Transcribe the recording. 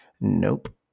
Nope